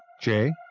Jay